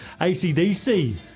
acdc